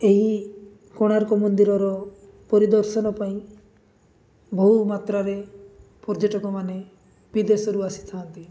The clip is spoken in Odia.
ଏହି କୋଣାର୍କ ମନ୍ଦିରର ପରିଦର୍ଶନ ପାଇଁ ବହୁ ମାତ୍ରାରେ ପର୍ଯ୍ୟଟକ ମାନେ ବିଦେଶରୁ ଆସିଥାନ୍ତି